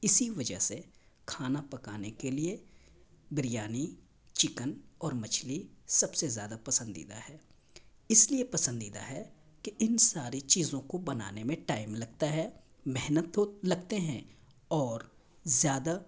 اسی وجہ سے کھانا پکانے کے لیے بریانی چکن اور مچھلی سب سے زیادہ پسندیدہ ہے اس لیے پسندیدہ ہے کہ ان ساری چیزوں کو بنانے میں ٹائم لگتا ہے محنت تو لگتے ہیں اور زیادہ